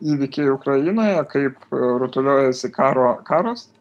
įvykiai ukrainoje kaip rutuliuojasi karo karas